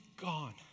gone